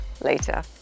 later